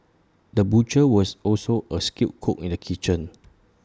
the butcher was also A skilled cook in the kitchen